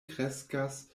kreskas